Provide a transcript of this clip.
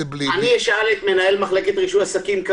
אני אשאל את מנהל מחלקת רישוי עסקים.